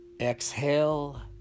Exhale